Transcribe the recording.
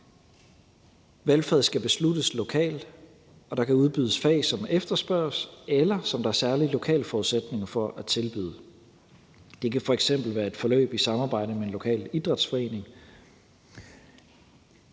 Valgfaget skal besluttes lokalt, og der kan udbydes fag, som efterspørges, eller som der er særlige lokale forudsætninger for at tilbyde. Det kan f.eks. være et forløb i samarbejde med en lokal idrætsforening.